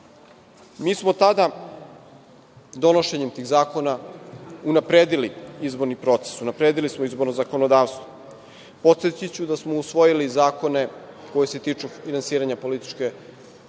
smo tada, donošenjem tih zakona, unapredili izborni proces, unapredili smo izborno zakonodavstvo. Podsetiću vas da smo usvojili zakone koji se tiču finansiranja političke kampanje,